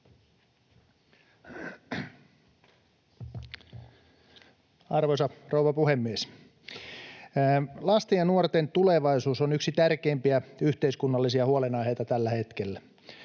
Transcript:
Arvoisa rouva puhemies! Lasten ja nuorten tulevaisuus on yksi tärkeimpiä yhteiskunnallisia huolenaiheita tällä hetkellä.